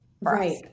Right